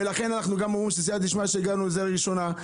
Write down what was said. ולכן אנחנו גם אומרים שסיעתא דשמיא שהגענו לקריאה הראשונה.